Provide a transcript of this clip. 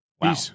Wow